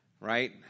right